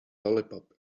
lollipop